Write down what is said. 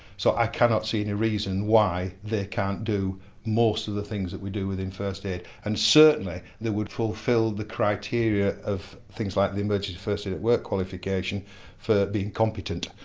so i cannot see any reason why they can't do most of the things that we do within first aid. and certainly they would fulfil the criteria of things like the emergency first aid at work qualification for being competent,